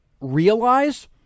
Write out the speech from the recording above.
realize